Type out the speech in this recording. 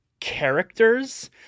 characters